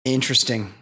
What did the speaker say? Interesting